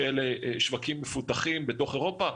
שאלה שווקים מפותחים בתוך אירופה,